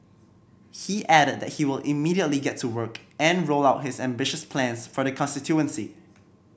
he added that he will immediately get to work and roll out his ambitious plans for the constituency